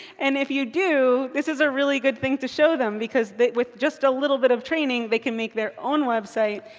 and if you do, this is a really good thing to show them. because with just a little bit of training, they can make their own website,